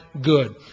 good